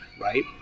right